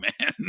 man